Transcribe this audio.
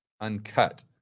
Uncut